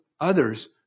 others